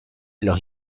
los